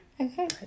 Okay